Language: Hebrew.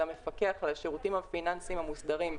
המפקח על השירותים הפיננסיים המוסדרים,